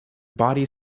body